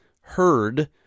heard